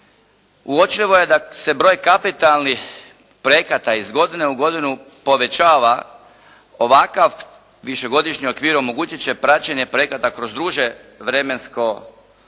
Uočljivo je da se broj kapitalnih projekata iz godine u godinu povećava. Ovakav višegodišnji okvir omogućit će praćenje projekata kroz duže vremensko